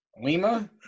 Lima